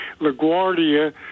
LaGuardia